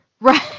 Right